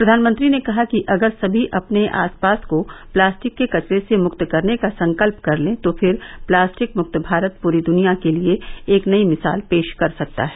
प्रवानमंत्री ने कहा कि अगर सभी अपने आस पास को प्लास्टिक के कचरे से मुक्त करने का संकल्प कर ले तो फिर प्लास्टिक मुक्त भारत पूरी दुनिया के लिए एक नई मिसाल पेश कर सकता है